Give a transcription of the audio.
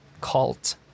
cult